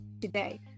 today